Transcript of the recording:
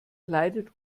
leidet